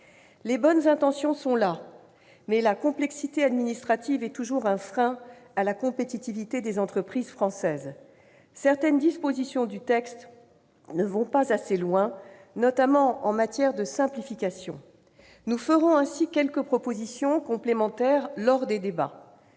Les bonnes intentions sont là, mais la complexité administrative est toujours un frein à la compétitivité des entreprises françaises. Certaines dispositions du texte ne vont pas assez loin, notamment en matière de simplification. Nous ferons plusieurs propositions complémentaires au cours des débats,